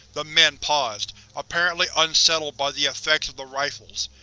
the men paused, apparently unsettled by the effects of the rifles.